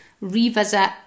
revisit